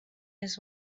his